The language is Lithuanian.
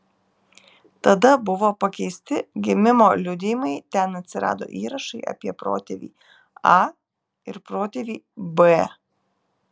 tada buvo pakeisti gimimo liudijimai ten atsirado įrašai apie protėvį a ir protėvį b